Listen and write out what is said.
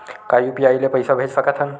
का यू.पी.आई ले पईसा भेज सकत हन?